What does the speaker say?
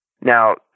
Now